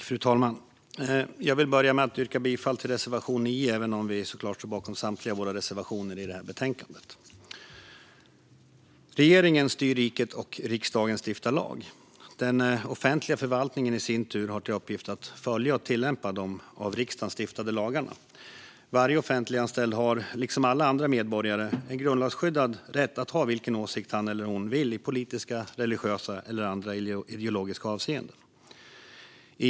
Fru talman! Jag vill börja med att yrka bifall till reservation 9 även om vi såklart står bakom samtliga våra reservationer i betänkandet. Regeringen styr riket, och riksdagen stiftar lag. Den offentliga förvaltningen, i sin tur, har till uppgift att följa och tillämpa de av riksdagen stiftade lagarna. Varje offentliganställd har, liksom alla andra medborgare, en grundlagsskyddad rätt att ha vilken åsikt han eller hon vill i politiska, religiösa eller andra ideologiska avseenden.